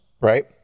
right